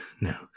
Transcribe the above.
No